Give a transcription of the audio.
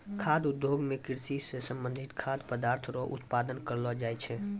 खाद्य उद्योग मे कृषि से संबंधित खाद्य पदार्थ रो उत्पादन करलो जाय छै